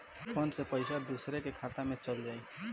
Phone से पईसा दूसरे के खाता में चल जाई?